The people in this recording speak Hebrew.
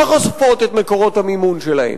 לא חושפות את מקורות המימון שלהן.